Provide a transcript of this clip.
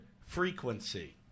frequency